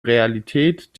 realität